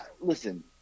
listen